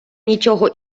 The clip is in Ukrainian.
нічого